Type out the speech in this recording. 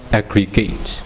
aggregate